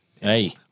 Hey